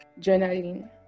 journaling